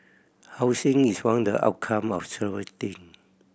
housing is one the outcome of several thing